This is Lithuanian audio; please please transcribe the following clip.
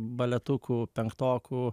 baletukų penktokų